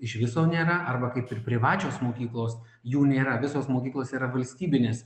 iš viso nėra arba kaip ir privačios mokyklos jų nėra visos mokyklos yra valstybinės